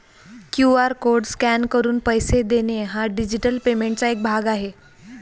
QR code scan करून पैसे देणे हा डिजिटल पेमेंटचा एक भाग आहे